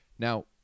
Now